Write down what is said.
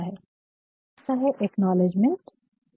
फिर आता है एक्नॉलेजमेंट acknweledgement पावती पत्र